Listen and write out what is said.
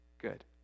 good